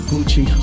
Gucci